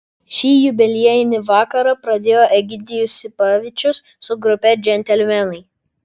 šį jubiliejinį vakarą pradėjo egidijus sipavičius su grupe džentelmenai